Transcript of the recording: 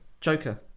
Joker